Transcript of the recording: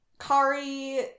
Kari